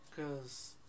Cause